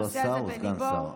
הוא לא שר, הוא סגן שר.